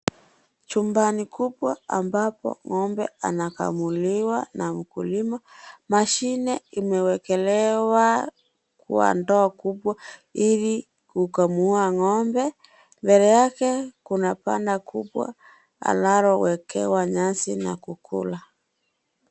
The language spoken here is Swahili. Chumbani kubwa ambapo ng'ombe anakamuliwa na mkulima. Mashine imewekelewa kwa ndoo kubwa ili kukamua ng'ombe, mbele yake kuna pana kubwa analowekewa nyasi na kukula.